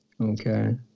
okay